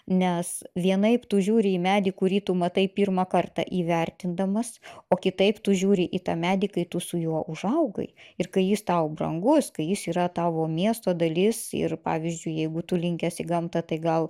nes vienaip tu žiūri į medį kurį tu matai pirmą kartą įvertindamas o kitaip tu žiūri į tą medį kai tu su juo užaugai ir kai jis tau brangus kai jis yra tavo miesto dalis ir pavyzdžiui jeigu tu linkęs į gamtą tai gal